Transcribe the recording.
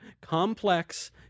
complex